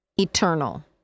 eternal